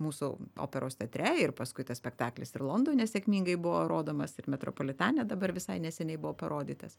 mūsų operos teatre ir paskui tas spektaklis ir londone sėkmingai buvo rodomas ir metropolitane dabar visai neseniai buvo parodytas